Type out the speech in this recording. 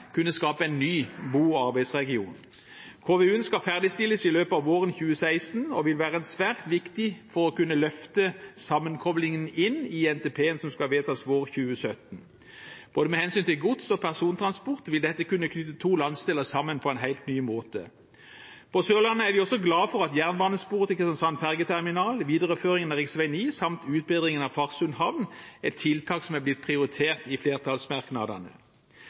kunne skape en ny bo- og arbeidsregion. KVU-en skal ferdigstilles i løpet av 2016 og vil være svært viktig for å kunne løfte sammenkoblingen inn i NTP-en som skal vedtas våren 2017. Med hensyn til både gods- og persontransport vil dette kunne knytte to landsdeler sammen på en helt ny måte. På Sørlandet er vi også glade for at jernbanesporet til Kristiansand fergeterminal, videreføringen av rv. 9 samt utbedringen av Farsund havn er tiltak som er blitt prioritert i flertallsmerknadene.